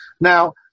Now